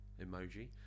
emoji